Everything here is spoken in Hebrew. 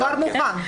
כבר מוכנה.